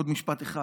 עוד משפט אחד.